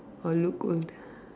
or look old